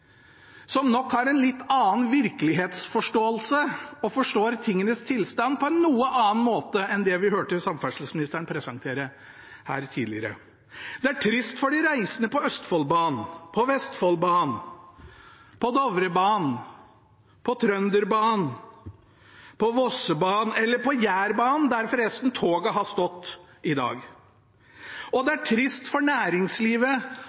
som nok har en litt annen virkelighetsforståelse og forstår tingenes tilstand på en noe annen måte enn det vi hørte samferdselsministeren presentere her tidligere. Det er trist for de reisende på Østfoldbanen, på Vestfoldbanen, på Dovrebanen, på Trønderbanen, på Vossebanen eller på Jærbanen, der forresten toget har stått i dag. Det er trist for næringslivet, skog- og